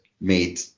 made